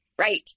Right